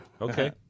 Okay